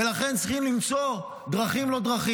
ולכן צריכים למצוא דרכים-לא-דרכים.